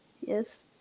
yes